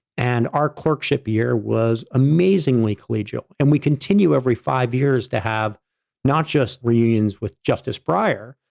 and our clerkship year was amazingly collegial, and we continue every five years to have not just reunions with justice breyer,